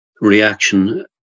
reaction